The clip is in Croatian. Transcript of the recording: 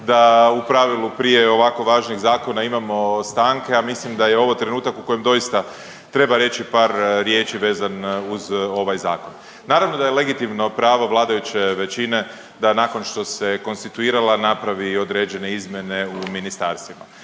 da u pravilu prije ovako važnih zakona imamo stanke, a mislim da je ovo trenutak u kojem doista treba reći par riječi vezan uz ovaj zakon. Naravno da je legitimno pravo vladajuće većine da nakon što se konstituirala napravi i određene izmjene u ministarstvima,